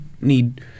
need